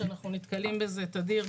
שאנחנו נתקלים בזה תדיר,